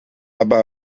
aber